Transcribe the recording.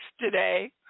today